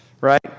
Right